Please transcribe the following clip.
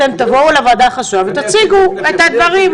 אתם תבואו לוועדה החסויה ותציגו את הדברים.